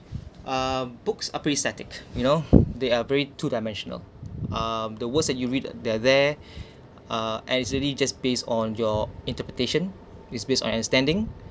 uh books are pre static you know they are very two dimensional uh the words that you read they are there uh actually just based on your interpretation is based on your standing